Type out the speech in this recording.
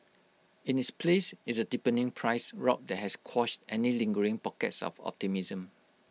in its place is A deepening price rout that has quashed any lingering pockets of optimism